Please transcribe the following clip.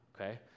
okay